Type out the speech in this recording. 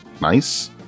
nice